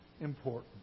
important